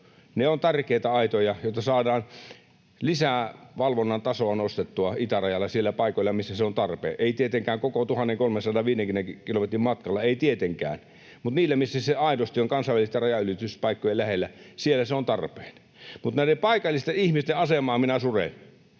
Ne ovat tärkeitä aitoja, jotta saadaan lisää valvonnan tasoa nostettua itärajalla siellä paikoilla, missä se on tarpeen. Ei tietenkään koko 1 350 kilometrin matkalla, ei tietenkään, mutta siellä kansainvälisten rajanylityspaikkojen lähellä, missä se aidosti on tarpeen. Näiden paikallisten ihmisten asemaa minä suren.